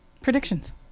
predictions